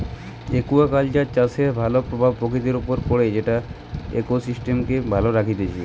aquaculture চাষের ভাল প্রভাব প্রকৃতির উপর পড়ে যেটা ইকোসিস্টেমকে ভালো রাখতিছে